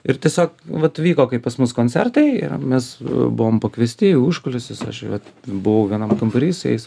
ir tiesiog vat vyko kaip pas mus koncertai ir mes buvom pakviesti į užkulisius aš vat buvau vienam kambary su jais